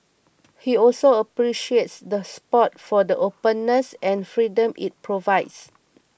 he also appreciates the spot for the openness and freedom it provides